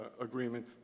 agreement